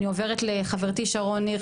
אני עוברת לחברתי שרון ניר,